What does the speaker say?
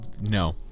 no